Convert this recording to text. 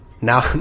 Now